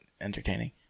entertaining